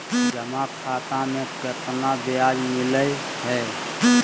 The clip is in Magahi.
जमा खाता में केतना ब्याज मिलई हई?